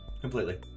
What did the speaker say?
completely